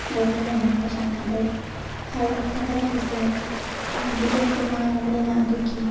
ꯒꯣꯚꯔꯟꯃꯦꯟꯅ ꯄꯩꯁꯥ ꯊꯙꯔꯛꯏ ꯊꯥꯔꯛ ꯊꯥꯙꯔꯛꯄꯁꯦ ꯃꯣꯏꯗꯤ ꯑꯣꯛꯇꯣ ꯃꯥꯡꯉꯕꯅꯤꯅ ꯑꯗꯨꯒꯤ